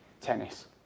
tennis